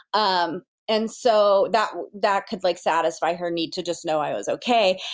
um and so that that could like satisfy her need to just know i was okay.